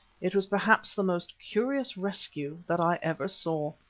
it was perhaps the most curious rescue that i ever saw.